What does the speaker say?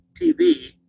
TV